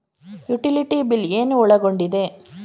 Utility bill ಏನು ಒಳಗೊಂಡಿದೆ?